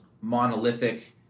monolithic